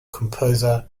composer